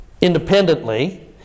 independently